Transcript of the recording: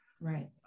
Right